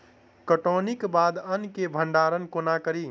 कटौनीक बाद अन्न केँ भंडारण कोना करी?